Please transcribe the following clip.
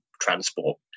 transport